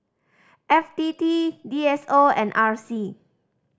F T T D S O and R C